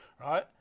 right